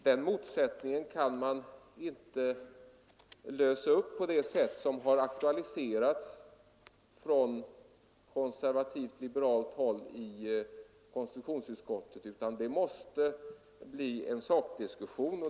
Den motsättningen kan man inte lösa upp på det sätt som har aktualiserats från konservativt—liberalt håll i konstitutionsutskottet utan det måste bli en sakdiskussion.